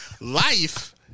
Life